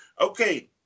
okay